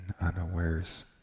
unawares